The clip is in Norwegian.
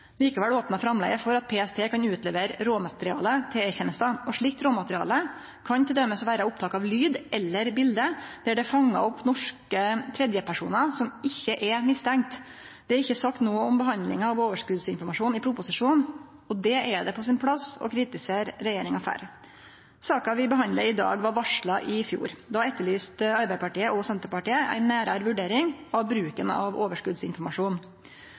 Likevel opnar framlegget for at PST kan utlevere råmateriale til E-tenesta. Slikt råmateriale kan t.d. vere opptak av lyd eller bilete der det er fanga opp norske tredjepersonar som ikkje er mistenkte. Det er ikkje sagt noko om behandlinga av overskotsinformasjon i proposisjonen, og dette er det på sin plass å kritisere regjeringa for. Saka vi behandlar i dag, var varsla i fjor. Då etterlyste Arbeidarpartiet og Senterpartiet ei nærare vurdering av bruken av overskotsinformasjon.